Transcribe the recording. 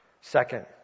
Second